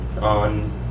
on